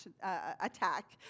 attack